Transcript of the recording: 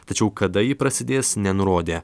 tačiau kada ji prasidės nenurodė